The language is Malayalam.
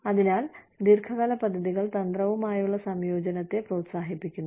അതിനാൽ ദീർഘകാല പദ്ധതികൾ തന്ത്രവുമായുള്ള സംയോജനത്തെ പ്രോത്സാഹിപ്പിക്കുന്നു